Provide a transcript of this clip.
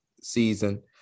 season